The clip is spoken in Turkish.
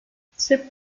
sırp